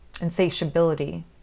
insatiability